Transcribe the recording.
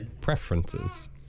Preferences